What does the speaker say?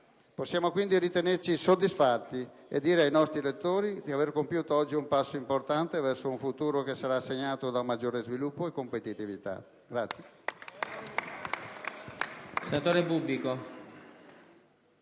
Possiamo quindi ritenerci soddisfatti e dire ai nostri elettori di aver compiuto oggi un passo importante verso un futuro che sarà segnato da maggiore sviluppo e competitività.